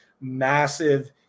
massive